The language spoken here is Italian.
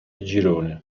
gironi